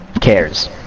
cares